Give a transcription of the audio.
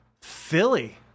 Philly